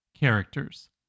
characters